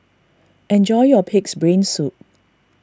enjoy your Pig's Brain Soup